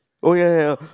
oh ya ya ya